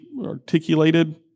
articulated